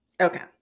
Okay